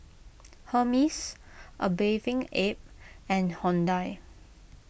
Hermes A Bathing Ape and Hyundai